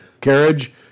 carriage